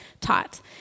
taught